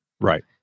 Right